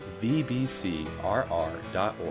vbcrr.org